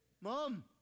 Mom